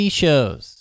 shows